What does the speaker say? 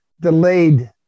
delayed